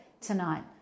tonight